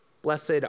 Blessed